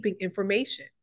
information